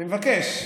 אני מבקש.